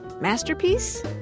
Masterpiece